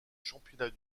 championnats